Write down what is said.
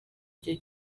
gihe